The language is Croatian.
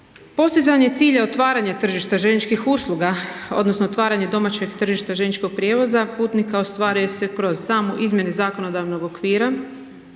Postizanje cilja otvaranja tržišta željezničkih usluga odnosno otvaranje domaćeg tržišta željezničkog prijevoza putnika ostvaruje se kroz samo izmjene zakonodavnog okvira